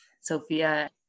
Sophia